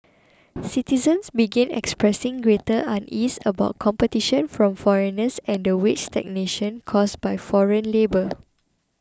citizens began expressing greater unease about competition from foreigners and the wage stagnation caused by foreign labour